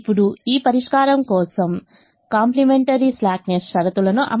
ఇప్పుడు ఈ పరిష్కారం కోసం కాంప్లిమెంటరీ స్లాక్నెస్ షరతులను అమలుచేద్దాం